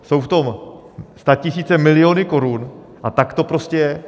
Jsou v tom statisíce, miliony korun, a tak to prostě je.